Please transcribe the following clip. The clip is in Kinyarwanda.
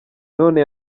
none